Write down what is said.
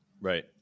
right